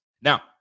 Now